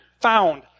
found